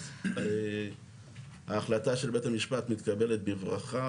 אז ההחלטה של בית המשפט מתקבלת בברכה.